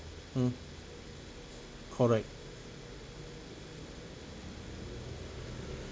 hmm correct